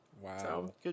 wow